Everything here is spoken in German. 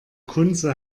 kunze